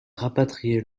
rapatrié